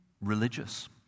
religious